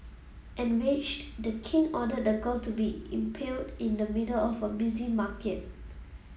enraged the king ordered the girl to be impaled in the middle of a busy market